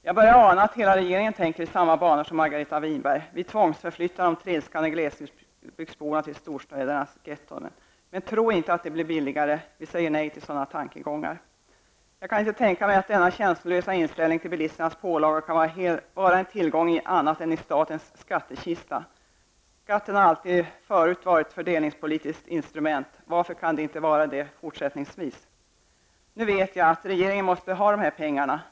Jag börjar ana att hela regeringen tänker i samma banor som Margareta Winberg. Man tvångsförflyttar de trilskande glesbygdsborna till storstädernas getton. Men tro inte att det blir billigare. Vi säger nej till sådana tankegångar. Jag kan inte tänka mig att denna känslolösa inställning till bilisternas pålagor kan vara en tillgång annat än i statens skattekista. Skatten har alltid varit ett fördelningspolitiskt instrument. Varför kan den inte vara det också i fortsättningen? Nu vet jag att regeringen måste ha dessa pengar.